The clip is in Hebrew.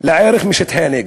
לערך משטחי הנגב,